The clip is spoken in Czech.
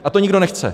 A to nikdo nechce.